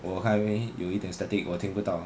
okay 我还以为有一点 static 我听不到